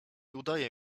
udaje